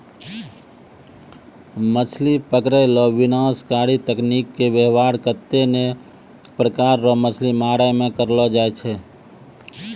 मछली पकड़ै रो विनाशकारी तकनीकी के वेवहार कत्ते ने प्रकार रो मछली मारै मे करलो जाय छै